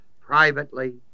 Privately